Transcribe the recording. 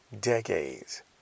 Decades